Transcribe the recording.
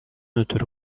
ötürü